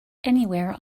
anywhere